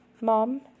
Mom